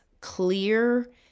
clear